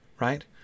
right